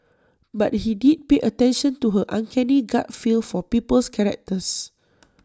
but he did pay attention to her uncanny gut feel for people's characters